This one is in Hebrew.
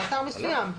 אתר מסוים.